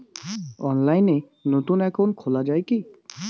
অনলাইনে নতুন একাউন্ট খোলা য়ায় কি?